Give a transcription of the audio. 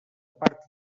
part